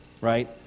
right